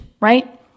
right